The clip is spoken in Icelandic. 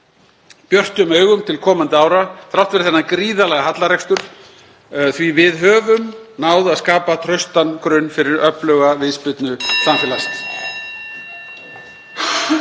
björtum augum til komandi ára, þrátt fyrir þennan gríðarlega hallarekstur, því við höfum náð að skapa traustan grunn fyrir öfluga viðspyrnu samfélagsins.